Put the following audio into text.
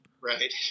Right